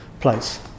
place